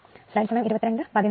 04 ആണ്